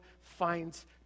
finds